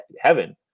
heaven